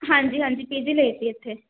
ਹਾਂਜੀ ਹਾਂਜੀ P G ਲਈ ਸੀ ਇੱਥੇ